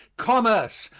commerce,